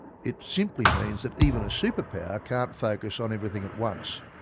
it simply means that even a superpower can't focus on everything at once.